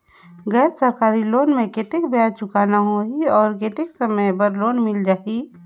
गैर सरकारी लोन मे कतेक ब्याज चुकाना होही और कतेक समय बर लोन मिल जाहि?